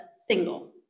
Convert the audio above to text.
single